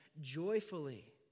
joyfully